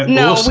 no,